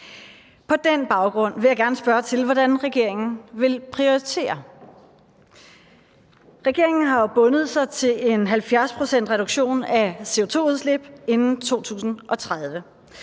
På den baggrund vil jeg gerne spørge til, hvordan regeringen vil prioritere. Regeringen har jo bundet sig til en 70-procentsreduktion af CO2-udslip inden 2030.